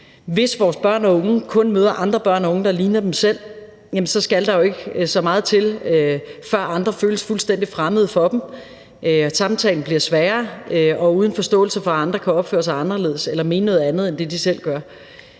Hvis vores børn og unge kun møder andre børn og unge, der ligner dem selv, skal der jo ikke så meget til, før andre føles fuldstændig fremmede for dem og samtalen bliver sværere og uden forståelse for, at andre kan opføre sig anderledes eller mene noget andet end det, de selv gør,